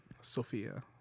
Sophia